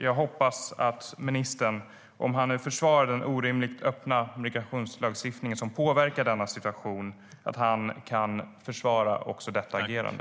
Jag hoppas att ministern, om han nu försvarar den orimligt öppna migrationslagstiftningen som påverkar denna situation, kan försvara också detta agerande.